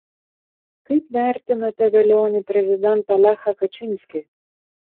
kaip vertinate velionį prezidentą lechą kačinskį